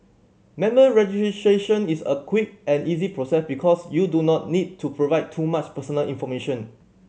member registration is a quick and easy process because you do not need to provide too much personal information